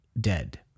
dead